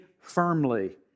firmly